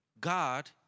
God